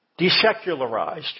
Desecularized